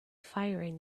firing